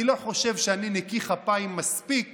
אני לא חושב שאני נקי כפיים מספיק